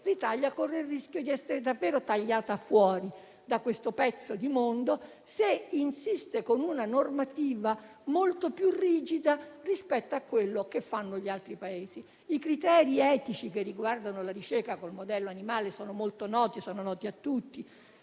l'Italia corre il rischio di essere davvero tagliata fuori da questo pezzo di mondo, se insiste con una normativa molto più rigida rispetto a quella degli altri Paesi. I criteri etici che riguardano la ricerca con il modello animale sono molto noti, a tutti: